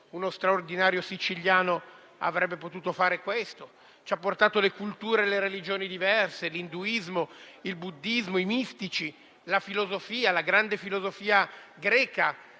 uno straordinario siciliano, avrebbe potuto fare questo. Ci ha portato le culture e le religioni diverse: l'induismo, il buddismo, i mistici, la filosofia, la grande filosofia greca;